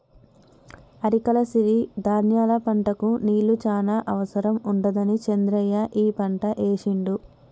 అరికల సిరి ధాన్యాల పంటకు నీళ్లు చాన అవసరం ఉండదని చంద్రయ్య ఈ పంట ఏశిండు